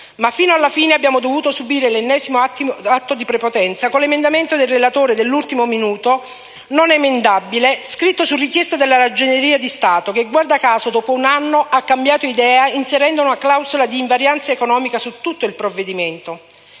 Ma fino alla fine abbiamo dovuto subire l'ennesimo atto di prepotenza, con l'emendamento del relatore dell'ultimo minuto, non emendabile, scritto su richiesta della Ragioneria di Stato che, guarda caso, dopo un anno ha cambiato idea, inserendo una clausola di invarianza economica su tutto il provvedimento.